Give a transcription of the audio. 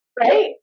Right